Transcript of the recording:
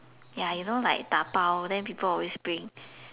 ya you know like dabao then people always bring